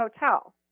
hotel